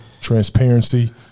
Transparency